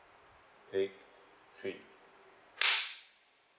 topic three